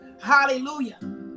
hallelujah